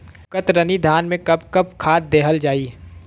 कतरनी धान में कब कब खाद दहल जाई?